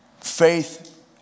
Faith